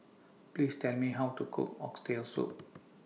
Please Tell Me How to Cook Oxtail Soup